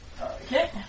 Okay